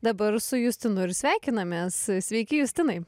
dabar su justinu ir sveikinamės sveiki justinai